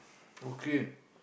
okay